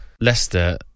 Leicester